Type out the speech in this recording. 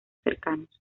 cercanos